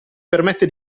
permette